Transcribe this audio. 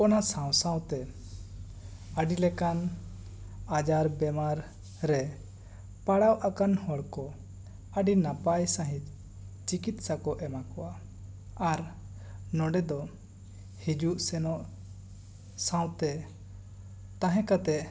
ᱚᱱᱟ ᱥᱟᱶ ᱥᱟᱶ ᱛᱮ ᱟᱹᱰᱤ ᱞᱮᱠᱟᱱ ᱟᱡᱟᱨ ᱵᱮᱢᱟᱨ ᱨᱮ ᱯᱟᱲᱟᱣ ᱟᱠᱟᱱ ᱦᱚᱲ ᱠᱚ ᱟᱹᱰᱤ ᱱᱟᱯᱟᱭ ᱥᱟᱹᱦᱤᱡ ᱪᱤᱠᱤᱛᱥᱟ ᱠᱚ ᱮᱢᱟ ᱠᱚᱣᱟ ᱟᱨ ᱱᱚᱸᱰᱮ ᱫᱚ ᱦᱤᱡᱩᱜ ᱥᱮᱱᱚᱜ ᱥᱟᱶᱛᱮ ᱛᱟᱦᱮᱸ ᱠᱟᱛᱮᱜ